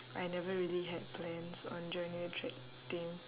I never really had plans on joining the track team